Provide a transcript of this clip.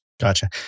Gotcha